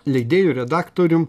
leidėju redaktorium